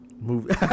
Movie